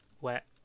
Wet